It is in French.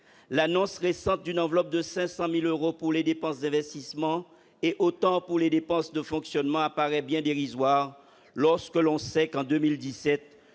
L'annonce récente d'une enveloppe de 500 000 euros pour les dépenses d'investissement et d'une somme équivalente pour les dépenses de fonctionnement paraît bien dérisoire lorsque l'on sait que, en 2017,